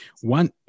one